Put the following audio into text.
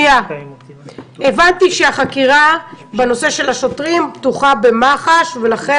הבנתי שהחקירה בנושא של השוטרים פתוחה במח"ש ולכן